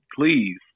please